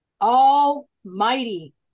Almighty